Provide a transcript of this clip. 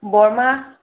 বৰমা